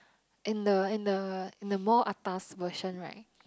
in the in the in the more atas version right